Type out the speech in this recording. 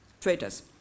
Traitors